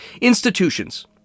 institutions